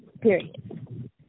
period